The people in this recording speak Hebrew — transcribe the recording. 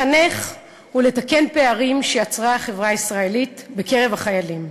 לחנך ולתקן פערים שיצרה החברה הישראלית בקרב החיילים.